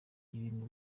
ibintu